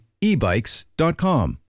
ebikes.com